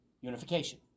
unification